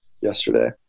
yesterday